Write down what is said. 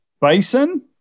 Bison